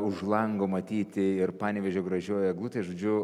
už lango matyti ir panevėžio gražioji eglutė žodžiu